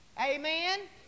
Amen